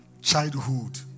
childhood